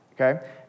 okay